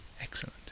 Excellent